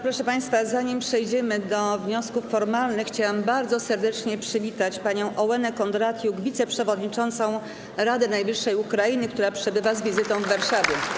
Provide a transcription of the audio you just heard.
Proszę państwa, zanim przejdziemy do wniosków formalnych, chciałam bardzo serdecznie przywitać panią Ołenę Kondratiuk, wiceprzewodniczącą Rady Najwyższej Ukrainy, która przebywa z wizytą w Warszawie.